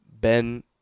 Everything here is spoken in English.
Ben